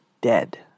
dead